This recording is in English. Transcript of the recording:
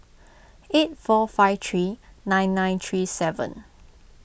eight four five three nine nine three seven